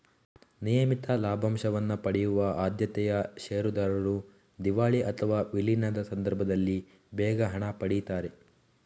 ನಿಯಮಿತ ಲಾಭಾಂಶವನ್ನ ಪಡೆಯುವ ಆದ್ಯತೆಯ ಷೇರುದಾರರು ದಿವಾಳಿ ಅಥವಾ ವಿಲೀನದ ಸಂದರ್ಭದಲ್ಲಿ ಬೇಗ ಹಣ ಪಡೀತಾರೆ